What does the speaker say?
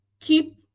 keep